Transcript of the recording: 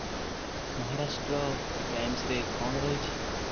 ମହାରାଷ୍ଟ୍ର ଟାଇମ୍ସରେ କ'ଣ ରହିଛି